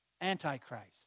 Antichrist